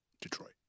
Detroit